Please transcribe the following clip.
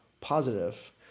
positive